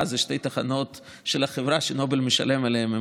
זה שתי תחנות של החברה שנובל משלם עליהן.